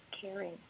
caring